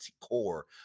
core